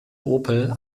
opel